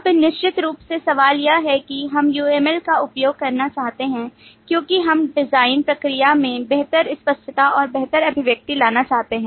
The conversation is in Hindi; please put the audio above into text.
अब निश्चित रूप से सवाल यह है कि हम uml का उपयोग करना चाहते हैं क्योंकि हम डिजाइन प्रक्रिया में बेहतर स्पष्टता और बेहतर अभिव्यक्ति लाना चाहते हैं